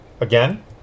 Again